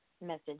message